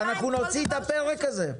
אנחנו נוציא את הפרק הזה.